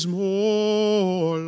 more